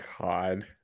God